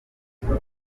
kubera